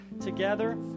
together